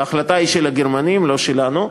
ההחלטה היא של הגרמנים, לא שלנו,